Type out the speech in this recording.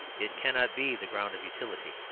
it cannot be the ground of utility.